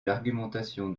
l’argumentation